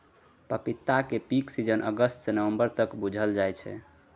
पपीताक peak season अगस्त सँ नबंबर तक बुझल जाइ छै